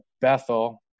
Bethel